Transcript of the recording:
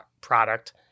product